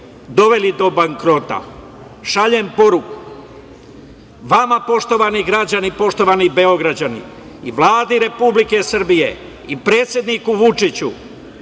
doveli do bankrota. Šaljem poruku vama, poštovani građani, poštovani Beograđani i Vladi Republike Srbije i predsedniku Vučiću